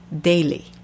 daily